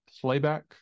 Playback